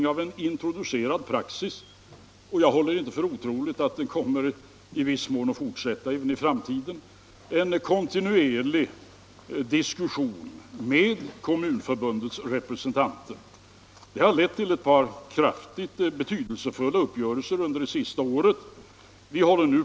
Detta har blivit något av en praxis, och jag håller inte för otroligt att detta i viss mån kommer att fortsätta även i framtiden. Diskussionen har lett till ett par mycket betydelsefulla uppgörelser under det senaste året.